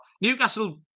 Newcastle